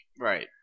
right